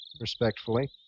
respectfully